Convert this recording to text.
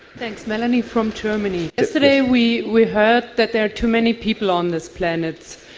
thanks, melanie from germany. yesterday we we heard that there are too many people on this planet,